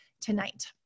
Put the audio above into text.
tonight